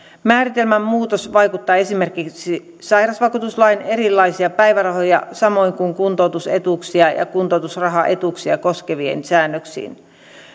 määritelmän muutos vaikuttaa esimerkiksi sairausvakuutuslain erilaisia päivärahoja samoin kuin kuntoutusetuuksia ja kuntoutusrahaetuuksia koskeviin säännöksiin